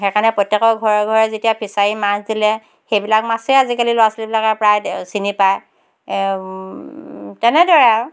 সেইকাৰণে প্ৰত্যেকৰ ঘৰে ঘৰে যেতিয়া ফিছাৰী মাছ দিলে সেইবিলাক মাছে আজিকালি ল'ৰা ছোৱালীবিলাকে প্ৰায় দে চিনি পায় তেনেদৰে আৰু